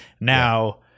Now